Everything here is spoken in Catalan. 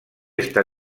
està